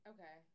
Okay